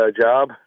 job